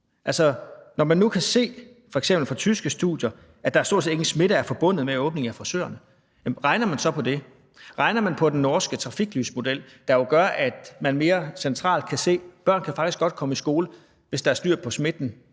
Når man nu f.eks. fra tyske studier kan se, at der stort set ingen smitte er forbundet med åbning af frisørerne, regner man så på det? Regner man på den norske trafiklysmodel, der jo gør, at man mere centralt kan se, at børn faktisk godt kan komme i skole, hvis der er styr på smitten